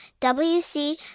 WC